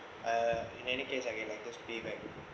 in any case I get like those pay back